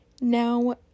Now